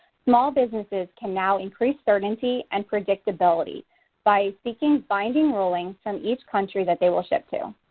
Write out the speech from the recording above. small businesses can now increase certainty and predictability by seeking binding rulings from each country that they will ship to.